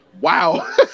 wow